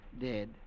dead